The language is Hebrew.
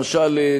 למשל,